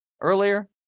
earlier